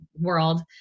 world